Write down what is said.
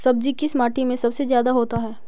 सब्जी किस माटी में सबसे ज्यादा होता है?